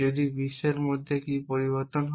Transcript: যদি বিশ্বের মধ্যে কি পরিবর্তন হয়